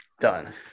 Done